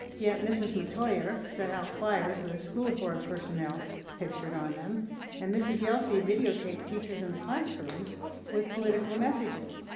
yet mrs. metoyer set out flyers with a school board personnel pictured on them and mrs. yelsey videotaped teachers in the classrooms with political messages.